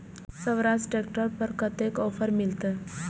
Swaraj tractor पर कतेक offer मिलते?